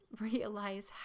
realize